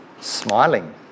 Smiling